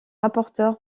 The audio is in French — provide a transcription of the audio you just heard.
rapporteur